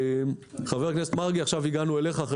חבר הכנסת מרגי, עכשיו הגענו אליך.